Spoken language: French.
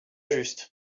juste